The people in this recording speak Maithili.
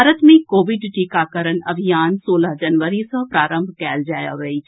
भारत मे कोविड टीकाकरण अभियान सोलह जनवरी सँ प्रारंभ कयल जायब अछि